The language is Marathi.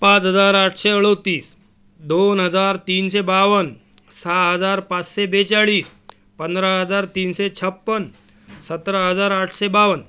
पाच हजार आठशे अडतीस दोन हजार तीनशे बावन्न सहा हजार पाचशे बेचाळीस पंधरा हजार तीनशे छप्पन सतरा हजार आठशे बावन्न